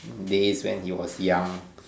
days when he was young